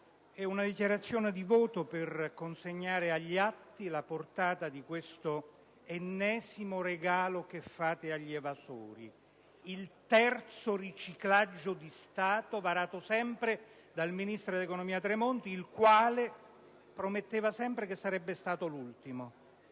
è una dichiarazione di voto per consegnare agli atti la portata di questo ennesimo regalo che fate agli evasori: il terzo riciclaggio di Stato varato ancora una volta dal ministro dell'economia Tremonti, che prometteva sempre che sarebbe stato l'ultimo.